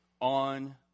on